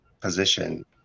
position